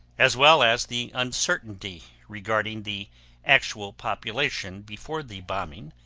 as well as the uncertainty regarding the actual population before the bombing,